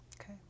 Okay